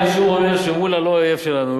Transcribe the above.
אני שוב אומר שמולה הוא לא אויב שלנו,